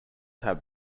have